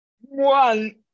one